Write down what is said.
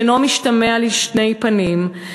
שאינו משתמע לשתי פנים,